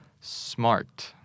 smart